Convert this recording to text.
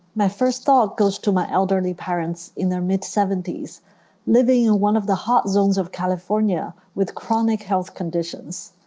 my first thought goes to my elderly parents in their mid seventy s living in one of the hot zones of california with chronic health conditions.